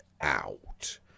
out